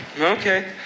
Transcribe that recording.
Okay